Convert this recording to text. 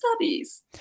studies